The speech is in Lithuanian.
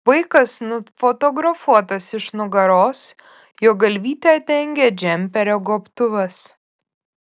vaikas nufotografuotas iš nugaros jo galvytę dengia džemperio gobtuvas